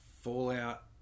Fallout